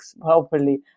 properly